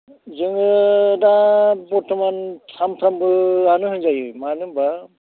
जोङो दा बरथ'मान सानफ्रोमबोआनो होनजायो मानो होनबा